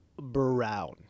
brown